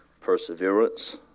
perseverance